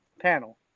panel